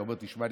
אתה אומר: תשמע,